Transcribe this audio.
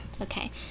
Okay